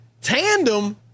Tandem